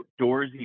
outdoorsy